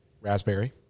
raspberry